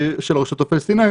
של הרשות הפלסטינית,